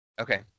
Okay